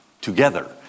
together